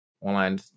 online